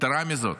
יתרה מזאת,